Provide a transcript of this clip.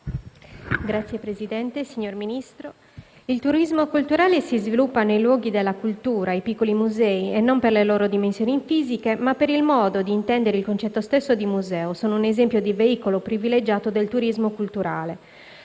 Signora Presidente, signor Ministro, il turismo culturale si sviluppa nei luoghi della cultura. I piccoli musei, non per le loro dimensioni fisiche, ma per il modo di intendere il concetto stesso di museo, sono un esempio di veicolo privilegiato del turismo culturale.